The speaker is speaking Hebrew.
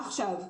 עכשיו,